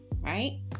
right